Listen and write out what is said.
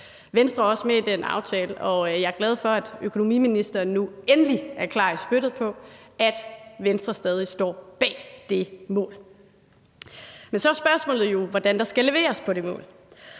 Venstre er også med i den aftale, og jeg er glad for, at økonomiministeren nu endelig er klar i spyttet om, at Venstre stadig står bag det mål. Men så er spørgsmålet jo, hvordan der skal leveres på det mål.